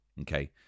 Okay